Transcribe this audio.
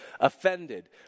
offended